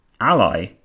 ally